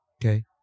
Okay